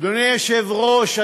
אדוני היושב-ראש,